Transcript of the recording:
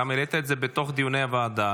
גם העלית את זה בתוך דיוני הוועדה.